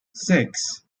six